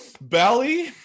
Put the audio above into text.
belly